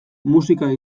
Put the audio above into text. musika